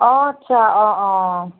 অঁ আচ্ছা অঁ অঁ